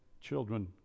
children